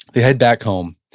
they head back home.